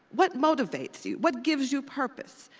what motivates you, what gives you purpose?